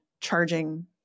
charging